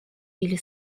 или